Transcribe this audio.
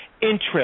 interest